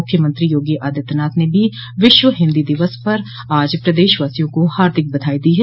मुख्यमंत्री योगी आदित्यनाथ ने भी विश्व हिन्दी दिवस पर आज प्रदेशवासियों को हार्दिक बधाई दी है